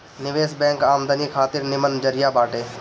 निवेश बैंक आमदनी खातिर निमन जरिया बाटे